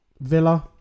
Villa